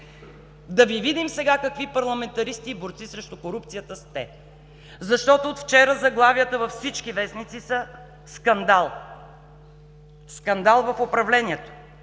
Да Ви видим сега какви парламентаристи и борци срещу корупцията сте! Защото от вчера заглавията във всички вестници са: „Скандал!“, „Скандал в управлението!“,